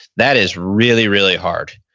that is really, really hard.